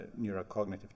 neurocognitive